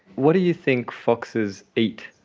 what do you think foxes eat?